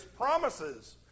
promises